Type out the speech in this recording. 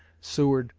seward,